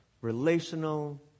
relational